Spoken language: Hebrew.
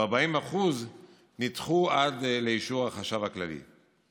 ו-40% נדחו עד לאישור החשב הכללי.